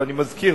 ואני מזכיר,